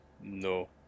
No